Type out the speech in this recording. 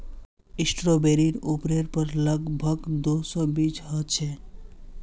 स्ट्रॉबेरीर उपरेर पर लग भग दो सौ बीज ह छे